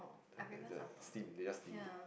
the the the steam they just steam it